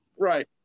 right